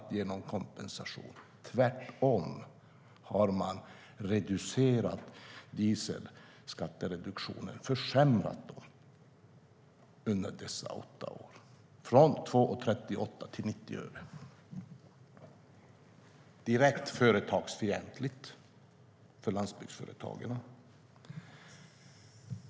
Tvärtom har man under dessa åtta år minskat dieselskattereduktionen från 2,38 kronor till 90 öre. Det är direkt företagsfientligt och slår mot landsbygdsföretagen.